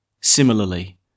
Similarly